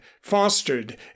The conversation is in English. fostered